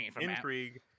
intrigue